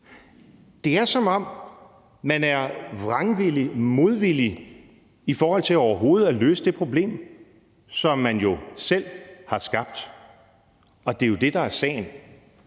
Det er, som om man er vrangvillig og modvillig i forhold til overhovedet at løse det problem, som man jo selv har skabt, og det er jo det, der er sagen.